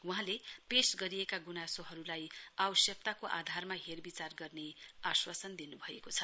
बहाँले पेश गरिएका गुनासोहरूलाई आवश्यकताको आधारमा हेरविचार गर्ने आश्वासन दिनुभएको छ